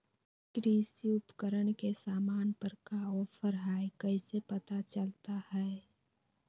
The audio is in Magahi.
कृषि उपकरण के सामान पर का ऑफर हाय कैसे पता चलता हय?